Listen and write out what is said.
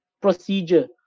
procedure